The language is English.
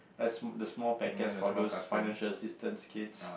like the small packets for those financial assistance kids